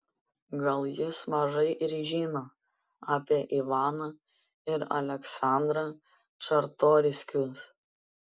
gal jis mažai ir žino apie ivaną ir aleksandrą čartoriskius